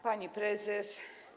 Pani Prezes!